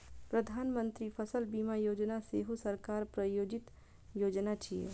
प्रधानमंत्री फसल बीमा योजना सेहो सरकार प्रायोजित योजना छियै